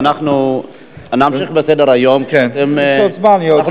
אנחנו נמשיך בסדר-היום ואנחנו נחזור.